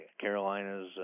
Carolina's